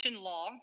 law